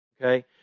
Okay